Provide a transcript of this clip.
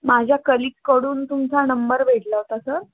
माझ्या कलिगकडून तुमचा नंबर भेटला होता सर